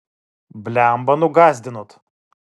blemba nugąsdinot